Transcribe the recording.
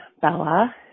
Bella